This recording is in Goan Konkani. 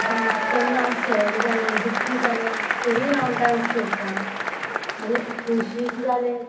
डांस जेन्ना हांव सॅड जालें दुख्खी जालें तरीय हांव डांस करता आनी खोशी जालें